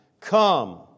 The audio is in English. Come